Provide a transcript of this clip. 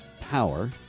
power